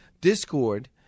Discord